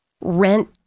Rent